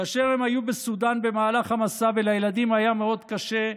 כאשר הם היו בסודן במהלך המסע ולילדים היה מאוד קשה,